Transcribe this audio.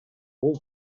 бул